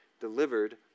delivered